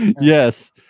yes